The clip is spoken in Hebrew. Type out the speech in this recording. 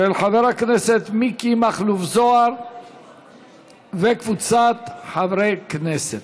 של חבר הכנסת מיקי מכלוף זוהר וקבוצת חברי הכנסת.